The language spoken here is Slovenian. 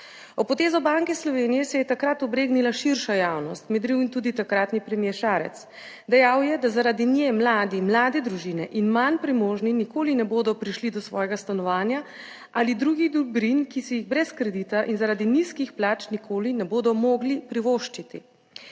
Ob potezo Banke Slovenije se je takrat obregnila širša javnost, med drugim tudi takratni premier Šarec. Dejal je, da zaradi nje mladi, mlade družine in manj premožni nikoli ne bodo prišli do svojega stanovanja ali drugih dobrin, ki si jih brez kredita in zaradi nizkih plač nikoli ne bodo mogli privoščiti.